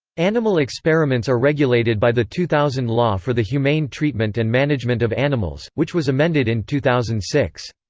animal experiments are regulated by the two thousand law for the humane treatment and management of animals, which was amended in two thousand and six.